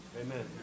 Amen